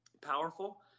powerful